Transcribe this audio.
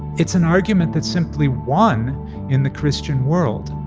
it's an argument that simply won in the christian world.